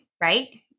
right